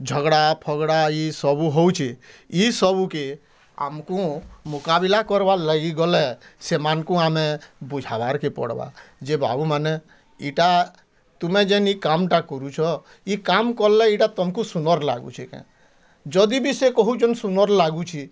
ଝଗ୍ଡ଼ା ଫଗ୍ଡ଼ା ଇ ସବୁ ହେଉଛି ଇ ସବୁକେ ଆମ୍କୁ ମୁକାବିଲା କର୍ବାର୍ ଲାଗି ଗଲେ ସେମାନକୁ ଆମେ ବୁଝାବାର୍ କେ ପଡ଼୍ବା ଯେ ବାବୁ ମାନେ ଇଟା ତୁମେ ଯେନ୍ ଇ କାମ୍ଟା କରୁଛ ଇ କାମ୍ କଲେ ଇଟା ତମ୍କୁ ସୁନ୍ଦର୍ ଲାଗୁଛେ କାଏଁ ଯଦି ବି ସେ କହୁଛନ୍ ସୁନ୍ଦର୍ ଲାଗୁଛି